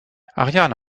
ariane